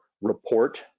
report